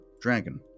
dragon